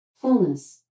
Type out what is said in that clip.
fullness